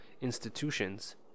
institutions